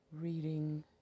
reading